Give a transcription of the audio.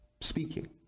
speaking